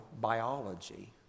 biology